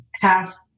past